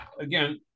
again